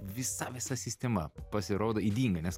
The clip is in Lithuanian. visa visa sistema pasirodo ydinga nes